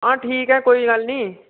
हां ठीक ऐ कोई गल्ल नी